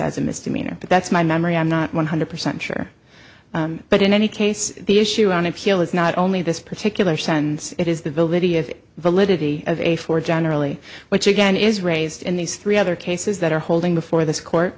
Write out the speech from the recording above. as a misdemeanor but that's my memory i'm not one hundred percent sure but in any case the issue on appeal is not only this particular sense it is the velvety of validity of a four generally which again is raised in these three other cases that are holding before this court